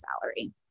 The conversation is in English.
salary